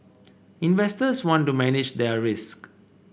investors want to manage their risk